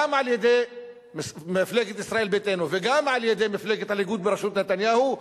גם על-ידי מפלגת ישראל ביתנו וגם על-ידי מפלגת הליכוד בראשות נתניהו,